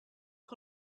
que